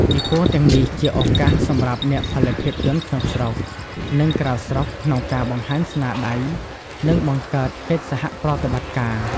ពិព័រណ៍ទាំងនេះជាឱកាសសម្រាប់អ្នកផលិតភាពយន្តក្នុងស្រុក និងក្រៅស្រុកក្នុងការបង្ហាញស្នាដៃ និងបង្កើតកិច្ចសហប្រតិបត្តិការ។